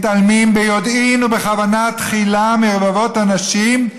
מתעלמים ביודעין ובכוונה תחילה מרבבות אנשים,